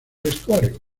vestuario